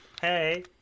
Hey